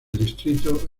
distrito